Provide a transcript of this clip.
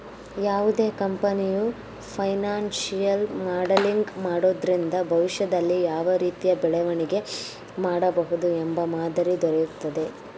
ಯಾವುದೇ ಕಂಪನಿಯು financial modelling ಮಾಡೋದ್ರಿಂದ ಭವಿಷ್ಯದಲ್ಲಿ ಯಾವ ರೀತಿಯ ಬೆಳವಣಿಗೆ ಮಾಡಬಹುದು ಎಂಬ ಮಾದರಿ ದೊರೆಯುತ್ತದೆ